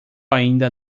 ainda